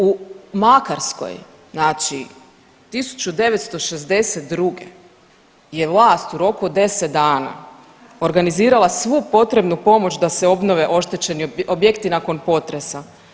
U Makarskoj znači 1962. je vlast u roku od 10 dana organizirala svu potrebnu pomoć da se obnove oštećeni objekti nakon potresa.